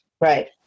Right